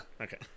Okay